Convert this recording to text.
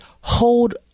hold